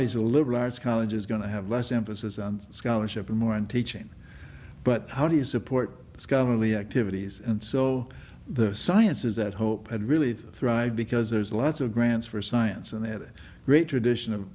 is a liberal arts college is going to have less emphasis on scholarship and more on teaching but how do you support discover lee activities and so the sciences that hope and really thrive because there's lots of grants for science and they have great tradition of